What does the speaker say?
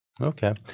Okay